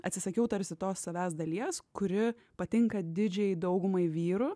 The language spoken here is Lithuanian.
atsisakiau tarsi tos savęs dalies kuri patinka didžiajai daugumai vyrų